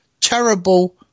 Terrible